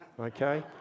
Okay